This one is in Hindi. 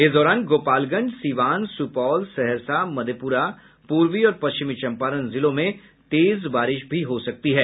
इस दौरान गोपालगंज सीवान सुपौल सहरसा मधेप्रा पूर्वी और पश्चिमी चम्पारण जिले में तेज बारिश हो सकती है